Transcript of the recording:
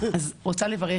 אני רוצה לברך.